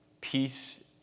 Peace